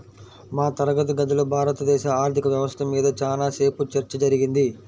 మా తరగతి గదిలో భారతదేశ ఆర్ధిక వ్యవస్థ మీద చానా సేపు చర్చ జరిగింది